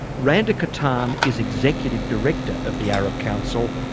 randa kattan is executive director of the arab council,